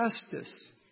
justice